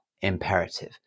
imperative